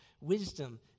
wisdom